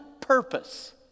purpose